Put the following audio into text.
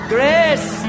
Grace